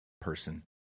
person